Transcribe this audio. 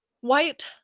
white